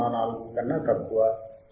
04 కన్నా తక్కువ 0